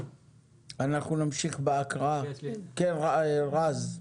אנחנו נמשיך בהקראה, כן רז.